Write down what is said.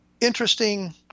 interesting